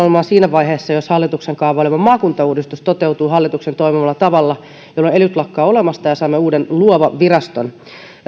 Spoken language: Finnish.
olemaan varsinkin siinä vaiheessa jos hallituksen kaavailema maakuntauudistus toteutuu hallituksen toivomalla tavalla jolloin elyt lakkaavat olemasta ja saamme uuden luova viraston